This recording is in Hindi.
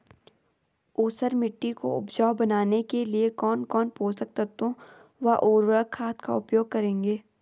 ऊसर मिट्टी को उपजाऊ बनाने के लिए कौन कौन पोषक तत्वों व उर्वरक खाद का उपयोग करेंगे?